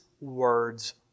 words